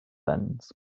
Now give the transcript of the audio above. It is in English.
lens